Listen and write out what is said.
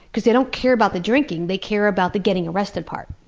because they don't care about the drinking they care about the getting arrested part.